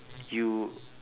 you